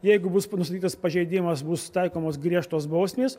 jeigu bus nustatytas pažeidimas bus taikomos griežtos bausmės